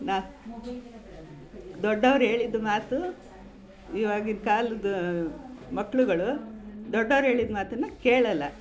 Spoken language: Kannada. ನಾ ದೊಡ್ಡವ್ರು ಹೇಳಿದ್ ಮಾತು ಇವಾಗಿನ ಕಾಲದ ಮಕ್ಕಳುಗಳು ದೊಡ್ಡವ್ರು ಹೇಳಿದ್ ಮಾತನ್ನು ಕೇಳೋಲ್ಲ